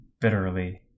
bitterly